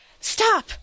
stop